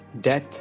Death